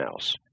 else